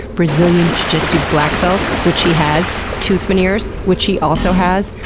brazilian jiu-jitsu black belts, which he has tooth veneers, which he also has.